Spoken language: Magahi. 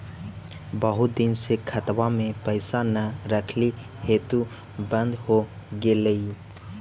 बहुत दिन से खतबा में पैसा न रखली हेतू बन्द हो गेलैय?